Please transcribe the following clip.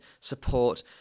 support